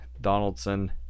Donaldson